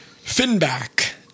Finback